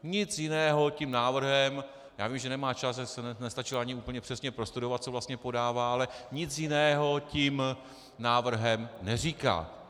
Nic jiného tím návrhem já vím, že nemá čas a že si nestačil ani úplně přesně prostudovat, co vlastně podává, ale nic jiného tím návrhem neříká.